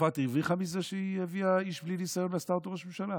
צרפת הרוויחה מזה שהיא הביאה איש בלי ניסיון ועשתה אותו נשיא?